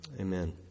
Amen